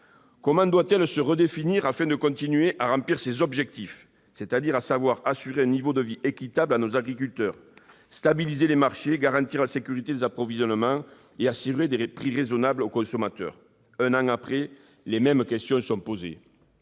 Comment doit-elle se redéfinir afin de continuer à remplir ses objectifs : assurer un niveau de vie équitable à nos agriculteurs, stabiliser les marchés, garantir la sécurité des approvisionnements et assurer des prix raisonnables aux consommateurs ? Un an plus tard, les mêmes questions restent posées